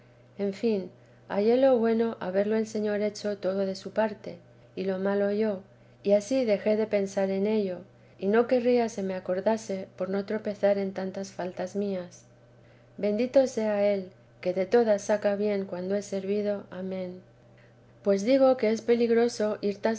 en fin hallé lo bueno haberlo el señor hecho todo de su parte y lo malo yo y ansí dejé de pensar en ello y no querría se me acordase por no tropezar con tantas faltas mías bendito sea el que de todas saca bien cuando es servido amén pues digo que es peligroso ir